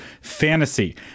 fantasy